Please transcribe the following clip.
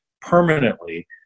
permanently